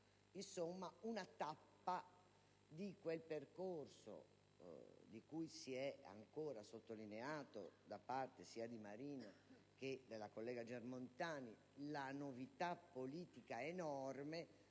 Insomma, una tappa di quel percorso di cui si è ancora sottolineata da parte del senatore Marino e della collega Germontani la novità politica enorme